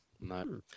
No